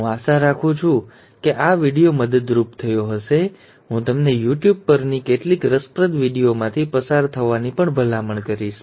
હું આશા રાખું છું કે આ વિડિઓ મદદરૂપ થયો હશે હું તમને યુટ્યુબ પરની કેટલીક રસપ્રદ વિડિઓઝમાંથી પસાર થવાની પણ ભલામણ કરીશ